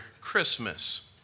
Christmas